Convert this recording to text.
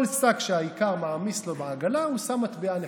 כל שק שהאיכר מעמיס לו בעגלה, הוא שם מטבע נחושת.